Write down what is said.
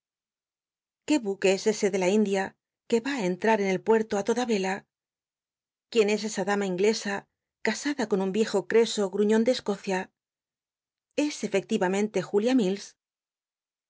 qué buque es ese de la india que ra entra en el puerto á toda re la quién es esa dama inglesa casada con un viejo creso gruñon de escocia es efectivamente j